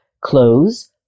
clothes